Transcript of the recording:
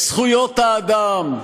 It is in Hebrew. את זכויות האדם,